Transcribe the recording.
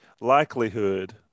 likelihood